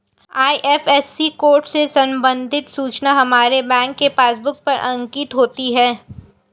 IFSC code से संबंधित सूचना हमारे बैंक के पासबुक पर अंकित होती है